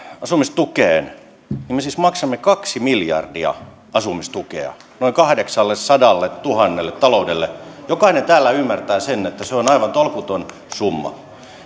asumistukeen me siis maksamme kaksi miljardia asumistukea noin kahdeksallesadalletuhannelle taloudelle jokainen täällä ymmärtää sen että se on aivan tolkuton summa